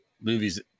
movies